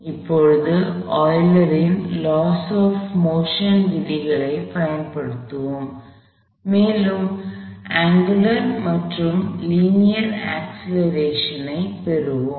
எனவே இப்போது ஆய்லரின் laws of motion Eulers laws of motion விதிகளைப் பயன்படுத்துவோம் மேலும் அங்குலார் மற்றும் லீனியர் அக்ஸ்ப்லெரேஷன் ஐ பெறுவோம்